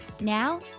Now